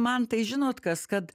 man tai žinot kas kad